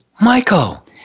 Michael